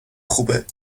خوبه